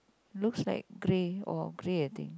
looks like grey or grey I think